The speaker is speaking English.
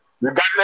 regardless